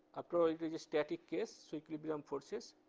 after all it is a static case, so equilibrium forces,